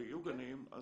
ויהיו גנים,